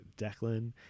Declan